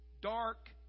dark